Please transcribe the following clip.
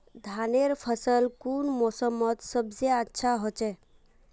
धानेर फसल कुन मोसमोत सबसे अच्छा होचे?